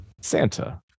Santa